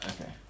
Okay